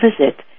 visit